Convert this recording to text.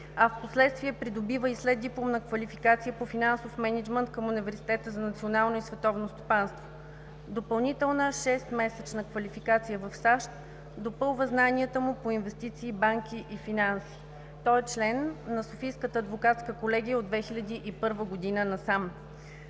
а впоследствие придобива и следдипломна квалификация по финансов мениджмънт към Университета за национално и световно стопанство, Допълнителната шестмесечна квалификация в САЩ допълва знанията му по инвестиции, банки и финанси. Той е член на Софийската адвокатска колегия от 2001 г. насам.